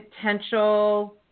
potential